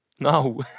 No